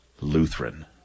Lutheran